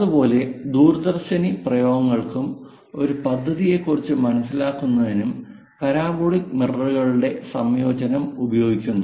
അതുപോലെ ദൂരദർശിനി പ്രയോഗങ്ങൾക്കും ഒരു പദ്ധതിയെക്കുറിച്ച് മനസിലാക്കുന്നതിനും പരാബോളിക് മിററുകളുടെ സംയോജനം ഉപയോഗിക്കുന്നു